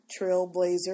trailblazer